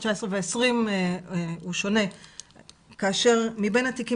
2019 וב-2020 הוא שונה כאשר מבין התיקים